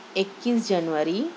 اکیس جنوری